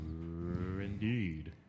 Indeed